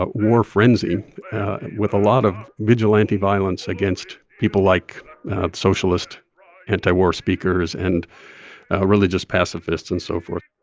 ah war frenzy with a lot of vigilante violence against people like socialist anti-war speakers and religious pacifists and so forth,